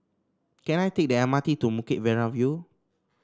can I take the M R T to Bukit Merah View